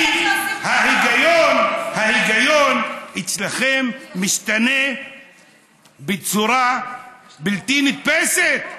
ההיגיון אצלכם משתנה בצורה בלתי נתפסת,